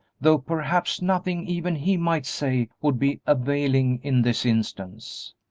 though perhaps nothing even he might say would be availing in this instance.